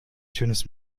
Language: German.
schönes